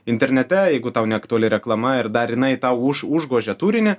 internete jeigu tau neaktuali reklama ir dar jinai tau už užgožia turinį